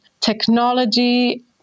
technology